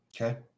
okay